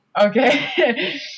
Okay